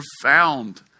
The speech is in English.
Profound